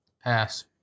Pass